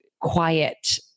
quiet